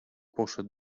podszedł